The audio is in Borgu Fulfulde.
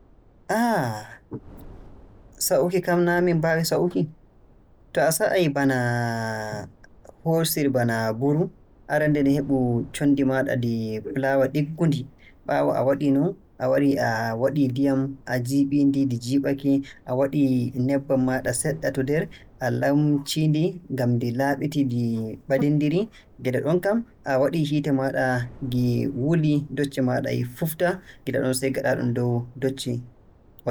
Ah, sa'uki kam naa min mbaawi sa'uki. To a sa'ay bana hoosir bana mburu. Arannde ni heɓu conndi maaɗa ndi fulaawa ɗiggundi, ɓaawo a waɗii non, a warii a waɗii ndiyam a jiiɓii-ndi ndi jiiɓake. A waɗii nebbam maaɗa seɗɗa to nder, a lamcii-ndi ngam ndi laaɓitii, ndi ɓadinndirii. Gila ɗon kam, a waɗii hiite maaɗa, nge wulii, docce maaɗa e puufta. Gila ɗon sey gaɗaaɗum dow docce.